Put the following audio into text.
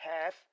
half